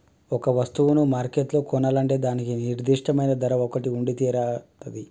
ఒక వస్తువును మార్కెట్లో కొనాలంటే దానికి నిర్దిష్టమైన ధర ఒకటి ఉండితీరతాది